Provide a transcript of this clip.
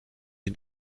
ihn